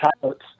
tablets